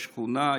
השכונה,